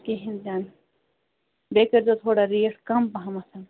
کہیٖنۍ تہِ نہٕ بیٚیہِ کٔرۍ زیو ریٖٹھ تھوڑا کم پہمتھن